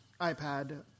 iPad